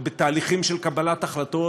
ובתהליכים של קבלת החלטות